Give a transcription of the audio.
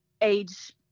age